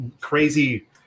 crazy